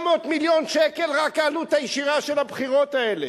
400 מיליון שקל, רק העלות הישירה של הבחירות האלה.